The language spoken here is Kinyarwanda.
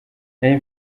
nari